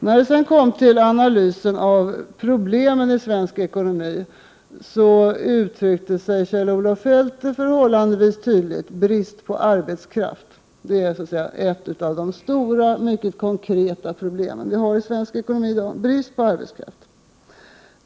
När han sedan kommer till analysen av problemen i svensk ekonomi uttrycker sig Kjell-Olof Feldt förhållandevis tydligt: Bristen på arbetskraft är ett av de stora mycket konkreta problem som vi har i dag i svensk ekonomi.